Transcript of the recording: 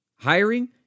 Hiring